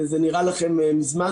זה נראה לכם מזמן.